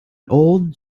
old